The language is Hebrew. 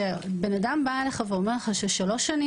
כשאדם בא אליך ואומר לך ששלוש שנים